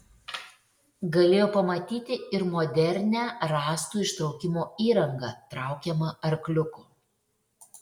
galėjo pamatyti ir modernią rąstų ištraukimo įrangą traukiamą arkliuko